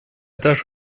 также